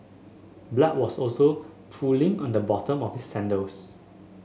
blood was also pooling on the bottom of his sandals